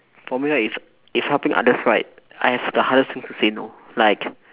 for me right if if helping others right I have the hardest thing to say no like